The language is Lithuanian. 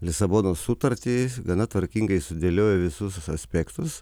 lisabonos sutartį gana tvarkingai sudėliojo visus aspektus